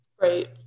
Right